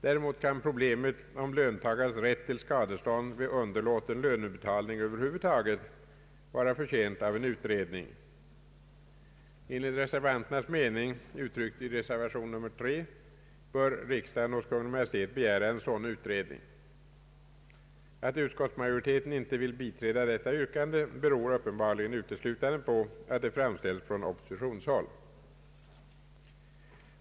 Däremot kan problemet om löntagares rätt till skadestånd vid underlåten löneutbetalning över huvud taget vara förtjänt av en utredning. Enligt reservanternas me ning, uttryckt i reservation 3, bör riksdagen hos Kungl. Maj:t begära en sådan utredning. Att utskottsmajoriteten inte vill biträda detta yrkande beror uppenbarligen uteslutande på att det framställts från oppositionshåll.